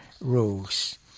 rules